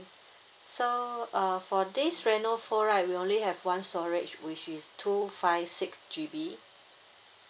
so uh for this reno four right we only have one storage which is two five six G_B